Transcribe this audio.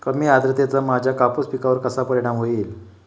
कमी आर्द्रतेचा माझ्या कापूस पिकावर कसा परिणाम होईल?